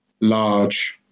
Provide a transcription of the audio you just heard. large